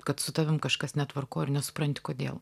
kad su tavim kažkas netvarkoj ir nesupranti kodėl